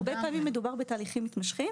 הרבה פעמים מדובר בתהליכים מתמשכים.